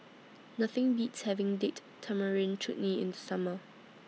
Nothing Beats having Date Tamarind Chutney in The Summer